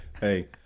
Hey